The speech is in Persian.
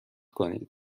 کنید